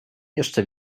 jeszcze